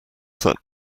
sat